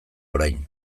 orain